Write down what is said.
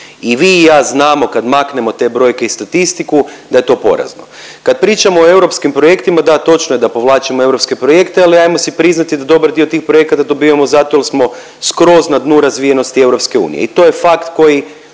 I vi i ja znamo kad maknemo te brojke i statistiku da je to porazno. Kad pričamo o europskim projektima, da točno je da povlačimo europske projekte ali ajmo si priznati da dobar dio tih projekata dobivamo zato jer smo skroz na dnu razvijenosti EU. I to je fakt koji